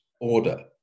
order